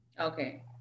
okay